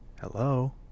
hello